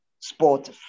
Sport